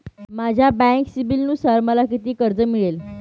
माझ्या बँक सिबिलनुसार मला किती कर्ज मिळेल?